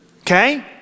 okay